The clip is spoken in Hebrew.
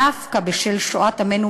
דווקא בשל שואת עמנו,